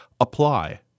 apply